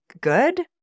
good